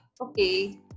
okay